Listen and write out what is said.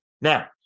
Now